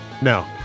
No